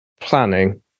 planning